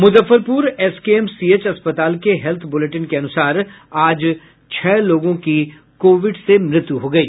Muzaffarpur SKMCH अस्पताल के health bulletin के अनुसार आज छह लोगों की कोविड से मृत्यु हो गयी